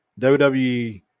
WWE